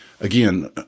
again